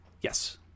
Yes